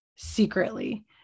secretly